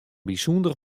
bysûnder